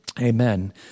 Amen